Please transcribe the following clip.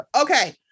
Okay